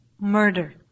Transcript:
murder